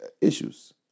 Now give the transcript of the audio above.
issues